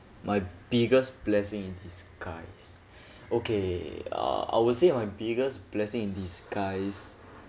my biggest blessing in disguise okay uh I would say my biggest blessing in disguise